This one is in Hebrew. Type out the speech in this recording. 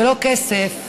ולא כסף,